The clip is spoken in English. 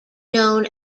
known